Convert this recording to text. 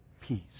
peace